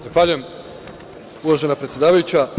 Zahvaljujem uvažena predsedavajuća.